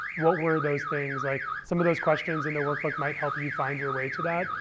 what were those things? like some of those questions in the workbook might help you find your way to that.